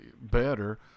better